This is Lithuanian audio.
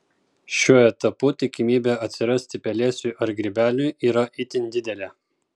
šiuo etapu tikimybė atsirasti pelėsiui ar grybeliui yra itin didelė